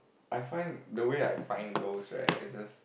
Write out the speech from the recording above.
I find the way I find girls right I just